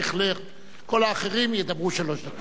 כל האחרים ידברו שלוש דקות.